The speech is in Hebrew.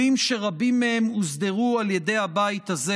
כלים שרבים מהם הוסדרו על ידי הבית הזה?